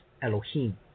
Elohim